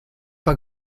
pas